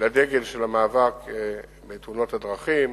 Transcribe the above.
לדגל של המאבק בתאונות הדרכים